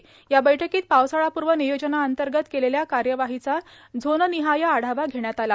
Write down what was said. सदर बैठकीत पावसाळापूर्व नियोजनाअंतर्गत केलेल्या कार्यवाहीचा झोननिहाय आढावा घेण्यात आला